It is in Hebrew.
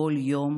כל יום,